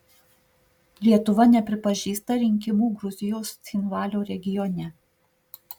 lietuva nepripažįsta rinkimų gruzijos cchinvalio regione